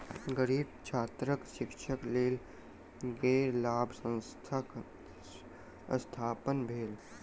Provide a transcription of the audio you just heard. गरीब छात्रक शिक्षाक लेल गैर लाभ संस्थानक स्थापना भेल